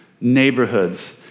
neighborhoods